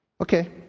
okay